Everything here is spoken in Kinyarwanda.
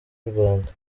y’urwanda